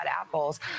apples